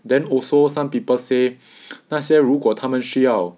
then also some people say 那些如果他们需要